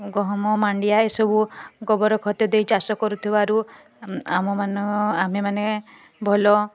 ଗହମ ମାଣ୍ଡିଆ ଏ ସବୁ ଗୋବର ଖତ ଦେଇ ଚାଷ କରୁଥିବାରୁ ଆମ ମାନ ଆମେ ମାନେ ଭଲ